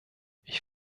ich